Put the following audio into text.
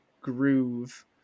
groove